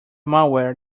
malware